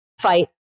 fight